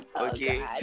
okay